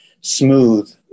smooth